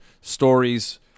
stories